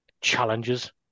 challenges